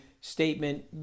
statement